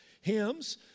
hymns